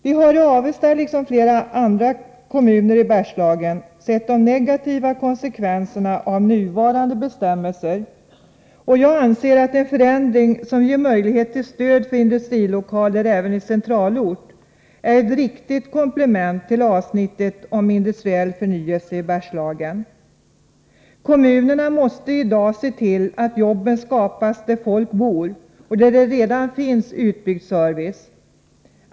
Vi har i Avesta, liksom i flera andra kommuner i Bergslagen, sett de negativa konsekvenserna av nuvarande bestämmelser, och jag anser att en förändring som ger möjlighet till stöd för industrilokaler även i centralort är ett riktigt komplement till avsnittet om industriell förnyelse i Bergslagen. Kommunerna måste i dag se till att jobben skapas där folk bor och där det redan finns utbyggd service.